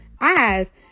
eyes